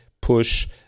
push